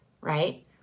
right